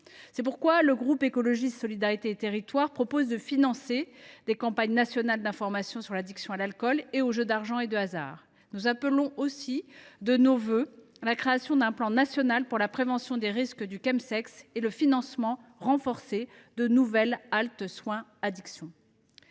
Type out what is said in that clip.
C’est pourquoi le groupe Écologiste – Solidarité et Territoires propose de financer des campagnes nationales d’information sur l’addiction à l’alcool, ainsi qu’aux jeux d’argent et de hasard. Nous appelons également de nos vœux la création d’un plan national pour la prévention des risques liés au chemsex, ainsi que la prise en charge renforcée de nouvelles haltes soins addictions.